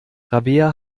rabea